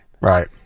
Right